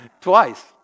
twice